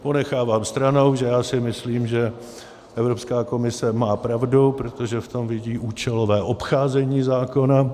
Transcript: Ponechávám stranou, že já si myslím, že Evropská komise má pravdu, protože v tom vidí účelové obcházení zákona.